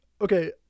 Okay